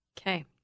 Okay